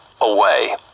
away